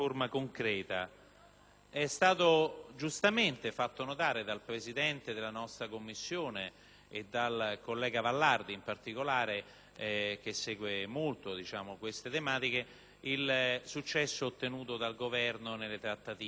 È stato giustamente fatto notare dal Presidente della nostra Commissione e, in particolare, dal collega Vallardi, che segue molto queste tematiche, il successo ottenuto dal Governo nelle trattative a Bruxelles.